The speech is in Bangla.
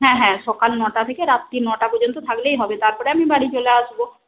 হ্যাঁ হ্যাঁ সকাল নটা থেকে রাত্তির নটা পর্যন্ত থাকলেই হবে তারপরে আমি বাড়ি চলে আসব